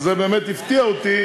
זה באמת הפתיע אותי,